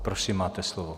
Prosím, máte slovo.